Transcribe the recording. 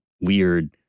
weird